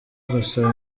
gusaba